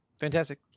Fantastic